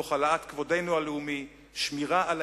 תוך העלאת כבודנו הלאומי ושמירה על